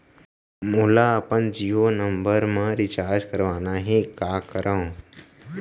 मोला अपन जियो नंबर म रिचार्ज करवाना हे, का करव?